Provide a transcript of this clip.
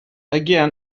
again